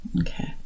Okay